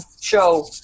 show